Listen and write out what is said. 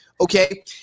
Okay